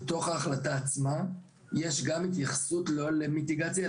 בתוך ההחלטה עצמה יש גם התייחסות לא רק למיטיגציה,